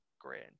Grand